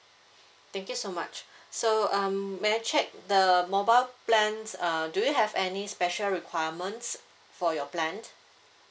thank you so much so um may I check the mobile plans uh do you have any special requirements for your plan